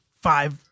five